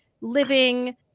living